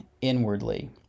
inwardly